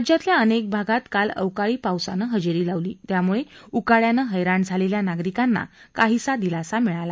राज्यातल्या अनेक भागांना काल अवकाळी पावसानं हजेरी लावली त्यामुळे उकाड्याण हैराण झालेल्या नागरिकांना काहीसा दिलासा मिळाला